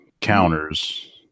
counters